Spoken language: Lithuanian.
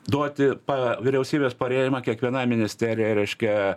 duoti pa vyriausybės parėjimą kiekvienai ministerijai reiškia